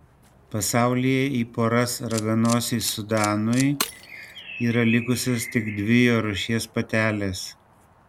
pasaulyje į poras raganosiui sudanui yra likusios tik dvi jo rūšies patelės